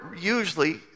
usually